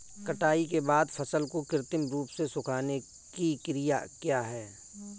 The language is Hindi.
कटाई के बाद फसल को कृत्रिम रूप से सुखाने की क्रिया क्या है?